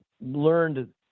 learned